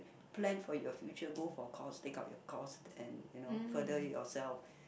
plan for your future go for course take out your course and you know further yourself